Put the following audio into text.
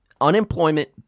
unemployment